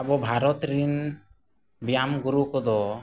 ᱟᱵᱚ ᱵᱷᱟᱨᱚᱛ ᱨᱤᱱ ᱵᱮᱭᱟᱢ ᱜᱩᱨᱩ ᱠᱚᱫᱚ